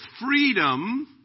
freedom